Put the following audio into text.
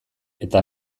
eta